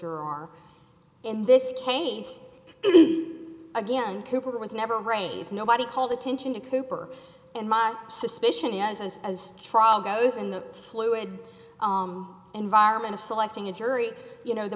are in this case it is again cooper was never raise nobody called attention to cooper and my suspicion is as as a trial goes in the fluid environment of selecting a jury you know the